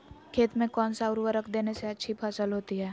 खेत में कौन सा उर्वरक देने से अच्छी फसल होती है?